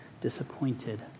disappointed